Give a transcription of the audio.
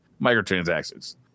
microtransactions